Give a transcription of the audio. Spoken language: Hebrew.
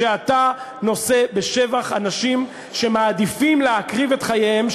שאתה נושא בשבח אנשים שמעדיפים להקריב את חייהם,